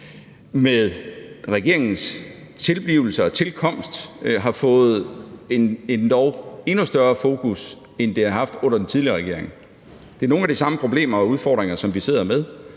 med regeringens tilblivelse og tilkomst, end det har haft under den tidligere regering. Det er nogle af de samme problemer og udfordringer, vi sidder med,